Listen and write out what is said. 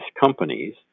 companies